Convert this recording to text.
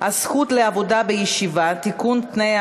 הגנת הצרכן (תיקון,